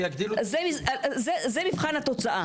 זה מבחן התוצאה.